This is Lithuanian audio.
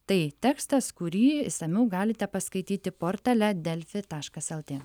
tai tekstas kurį išsamiau galite paskaityti portale delfi taškas lt